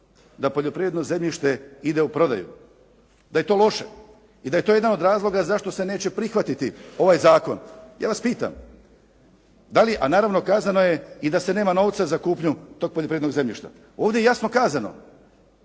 da poljoprivredno zemljište ide u prodaju, da je to loše i da je to jedan od razloga zašto se neće prihvatiti ovaj zakon. Ja vas pitam da li, a naravno kazano je i da se nema novca za kupnju tog poljoprivrednog zemljišta. Ovdje je jasno kazano,